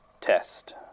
Test